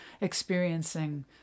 experiencing